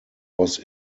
was